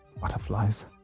Butterflies